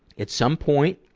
at some point,